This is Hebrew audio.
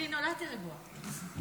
אני נולדתי רגועה.